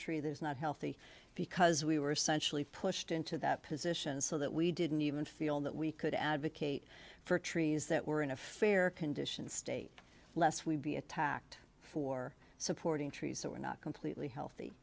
tree there's not healthy because we were essentially pushed into that position so that we didn't even feel that we could advocate for trees that were in a fair condition state less we'd be attacked for supporting trees that were not completely healthy